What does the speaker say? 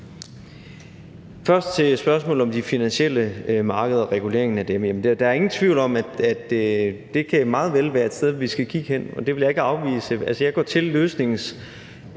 sige til spørgsmålet om de finansielle markeder og reguleringen af dem, at det meget vel kan være et sted, vi skal kigge hen. Det vil jeg ikke afvise. Jeg går til behovet